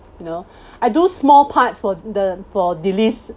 you know I do small parts for the for delys